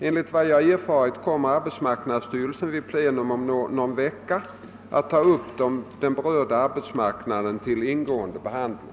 Enligt vad jag erfarit kommer arbetsmarknadsstyrelsen vid plenum om någon vecka att ta upp den berörda arbetsmarknaden till ingående behandling.